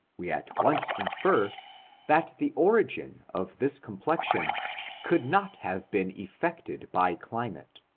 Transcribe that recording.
we at once infer that the origin of this complexion could not have been effected by climate.